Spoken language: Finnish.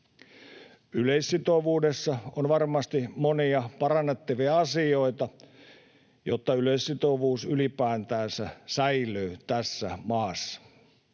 Yleissitovuudessa on varmasti monia parannettavia asioita, jotta yleissitovuus ylipäätänsä säilyy tässä maassa.